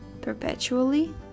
perpetually